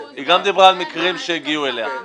היא גם דיברה על מקרים שהגיעו אליה.